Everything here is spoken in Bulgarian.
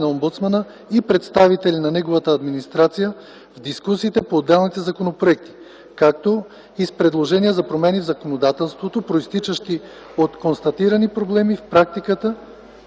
на омбудсмана и представители на неговата администрация в дискусиите по отделни законопроекти, както и с предложения за промени в законодателството, произтичащи от констатираните проблеми в практиката,